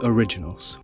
Originals